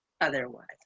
otherwise